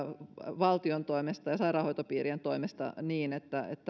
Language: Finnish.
valtion toimesta ja sairaanhoitopiirien toimesta niin että että